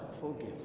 forgive